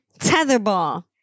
tetherball